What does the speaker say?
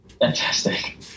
Fantastic